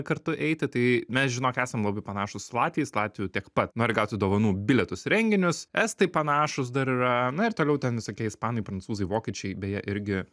kartu eiti tai mes žinok esam labai panašūs su latviais latvių tiek pat nori gauti dovanų bilietus į renginius estai panašūs dar yra na ir toliau ten visokie ispanai prancūzai vokiečiai beje irgi